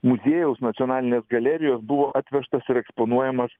muziejaus nacionalinės galerijos buvo atvežtas ir eksponuojamas